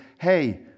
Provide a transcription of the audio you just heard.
Hey